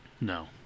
No